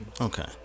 Okay